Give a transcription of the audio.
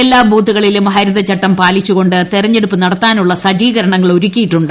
എല്ലാ ബൂത്തുകളിലും ഹരിതപ്പട്ടം പാലിച്ചുകൊണ്ട് തിരഞ്ഞെടുപ്പ് നടത്താനുള്ള സജ്ജീകരണ്ങ്ങൾ ഒരുക്കിയിട്ടുണ്ട്